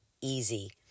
easy